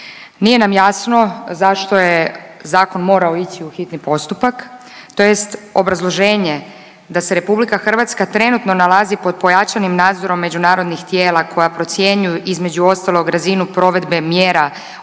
Nije nam jasno zašto je zakon morao ići u hitni postupak tj. obrazloženje da se RH trenutno nalazi pod pojačanim nadzorom međunarodnih tijela koja procjenjuju između ostalog razinu provedbe mjera